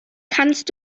kannst